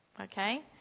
Okay